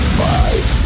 five